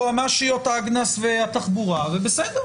המרשם הפלילי מכיל הרבה מאוד מידע ולא רק עצם קיומה.